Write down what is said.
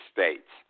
States